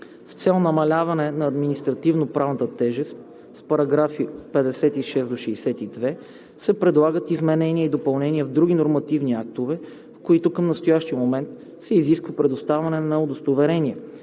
С цел намаляване на административната тежест с параграфи 56 – 62 се предлагат изменения и допълнения в други нормативни актове, в които към настоящия момент се изисква предоставяне на удостоверение